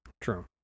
True